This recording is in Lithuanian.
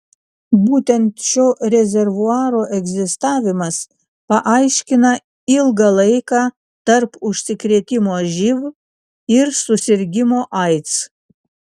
būtent šio rezervuaro egzistavimas paaiškina ilgą laiką tarp užsikrėtimo živ ir susirgimo aids